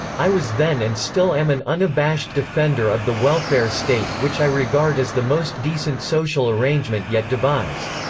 i was then and still am an unabashed defender of the welfare state, which i regard as the most decent social arrangement yet devised.